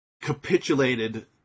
Capitulated